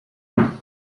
rare